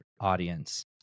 audience